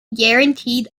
guaranteed